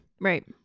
Right